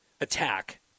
attack